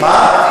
מה?